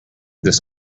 this